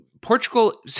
Portugal